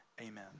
amen